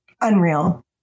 unreal